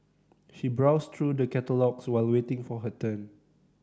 she browsed through the catalogues while waiting for her turn